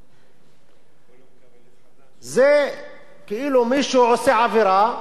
זה כאילו מישהו עושה עבירה ומביא את החבר שלו ואומר לו: אתה תהיה השופט.